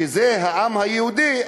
שזה העם היהודי,